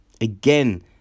again